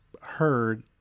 heard